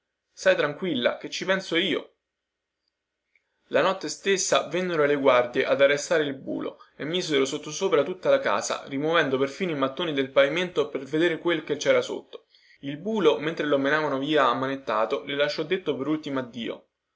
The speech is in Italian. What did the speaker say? stai tranquilla che ci penso io la notte stessa vennero le guardie ad arrestare il bulo e misero sottosopra tutta la casa rimovendo perfino i mattoni del pavimento per vedere quel che cera sotto il bulo mentre lo menavano via ammanettato le lasciò detto per ultimo addio